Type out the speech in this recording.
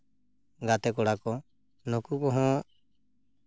ᱜᱟᱛᱮ ᱠᱚᱲᱟ ᱠᱚ ᱱᱩᱠᱩ ᱠᱚᱦᱚᱸ